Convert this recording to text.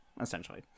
essentially